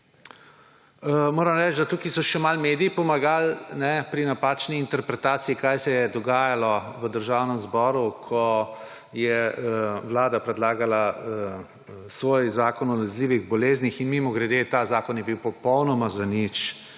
moram reči, da so tukaj pomagali še malo mediji pri napačni interpretaciji, kaj se je dogajalo v Državnem zboru, ko je Vlada predlagala svoj zakon o nalezljivih boleznih in, mimogrede, ta zakon je bil popolnoma zanič.